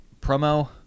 promo